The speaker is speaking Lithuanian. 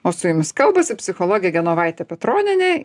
o su jumis kalbasi psichologė genovaitė petronienė